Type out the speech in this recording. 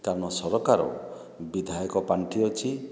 କାରଣ ସରକାର ବିଧାୟକ ପାଣ୍ଠି ଅଛି